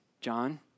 John